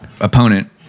opponent